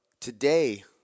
Today